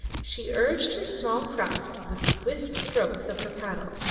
she urged her small craft with swift strokes of her paddle,